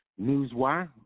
Newswire